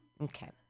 Okay